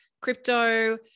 crypto